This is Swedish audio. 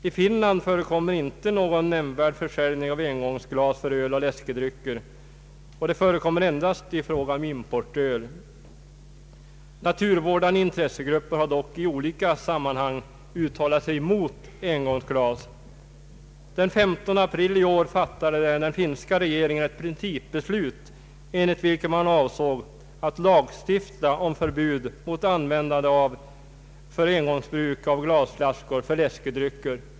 I Finland förekommer inte någon nämnvärd försäljning av öl och läskedrycker i engångsglas, och engångsglas förekommer egentligen endast i fråga om importöl. Naturvårdande intressegrupper har dock i olika sammanhang uttalat sig mot engångsglas. Den 15 april i år fattade den finska regeringen ett principbeslut enligt vilket man avsåg att lagstifta om förbud mot användande för engångsbruk av glasflaskor för läskedrycker.